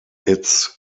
its